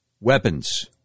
weapons